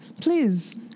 please